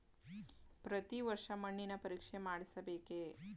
ಪ್ರತಿ ವರ್ಷ ಮಣ್ಣಿನ ಪರೀಕ್ಷೆ ಮಾಡಿಸಬೇಕೇ?